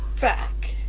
back